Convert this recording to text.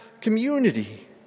community